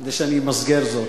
כדי שאמסגר זאת.